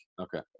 okay